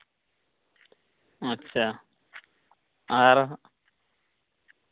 ᱟᱪᱪᱷᱟ ᱟᱨ